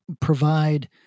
provide